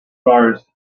bars